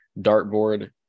dartboard